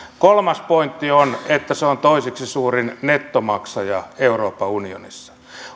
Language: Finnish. kolmas pointti on että se on toiseksi suurin nettomaksaja euroopan unionissa